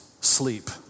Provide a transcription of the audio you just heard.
sleep